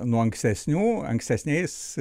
nuo ankstesnių ankstesniais